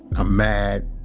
i'm mad.